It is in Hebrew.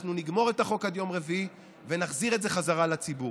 אנחנו נגמור את החוק עד יום רביעי ונחזיר את זה חזרה לציבור.